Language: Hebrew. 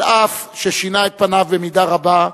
אף ששינה את פניו במידה רבה,